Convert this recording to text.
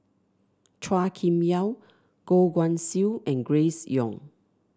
Chua Kim Yeow Goh Guan Siew and Grace Young